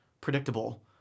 predictable